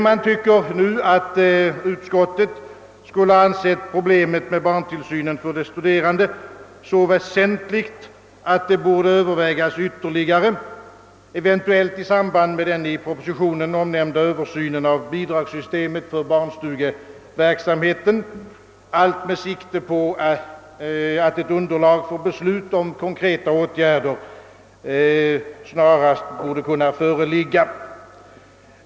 Man tycker att utskottet skulle ha ansett problemet med barntillsynen för studerandefamiljer så väsentligt, att det borde övervägas ytterligare, eventuellt i samband med den i propositionen omnämnda översynen av bidragssystemet för barnstugeverksamheten, allt med sikte på att ett underlag för beslut om konkreta åtgärder snarast borde kunna föreligga.